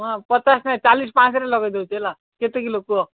ହଉ ପଚାଶ ନାହିଁ ଚାଳିଶ ପାଞ୍ଚ ରେ ଲଗେଇ ଦେଉଛି ହେଲା କେତେ କିଲୋ କୁହ